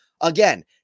Again